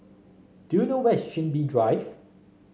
do you know where is Chin Bee Drive